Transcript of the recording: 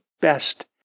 best